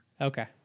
Okay